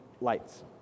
lights